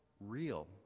real